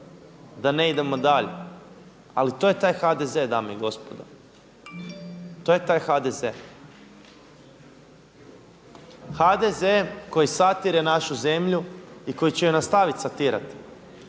da ne idemo dalje. Ali to je taj HDZ dame i gospodo. To je taj HDZ, HDZ koji satire našu zemlju i koji će ju nastaviti satirat,